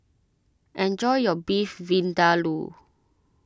enjoy your Beef Vindaloo